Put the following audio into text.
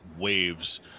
waves